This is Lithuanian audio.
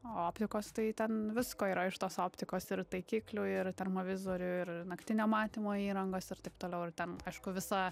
optikos tai ten visko yra iš tos optikos ir taikiklių ir termovizorių ir naktinio matymo įrangos ir taip toliau ir ten aišku visa